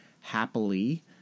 happily